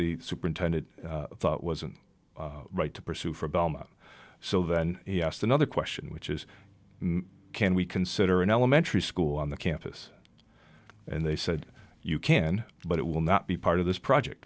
the superintendent wasn't right to pursue for belmont so then he asked another question which is can we consider an elementary school on the campus and they said you can but it will not be part of this project